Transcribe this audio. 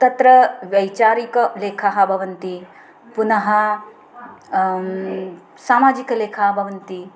तत्र वैचारिकलेखाः भवन्ति पुनः सामाजिकलेखाः भवन्ति